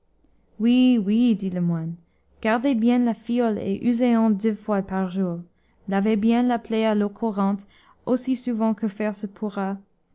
oui oui dit le moine gardez bien la fiole et usez-en deux fois par jour lavez bien la plaie à l'eau courante aussi souvent que faire se pourra